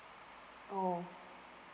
oh